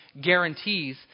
guarantees